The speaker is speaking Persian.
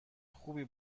خوبی